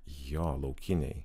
jo laukiniai